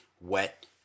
wet